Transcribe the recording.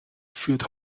führt